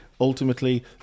Ultimately